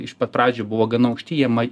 iš pat pradžių buvo gana aukšti jie ma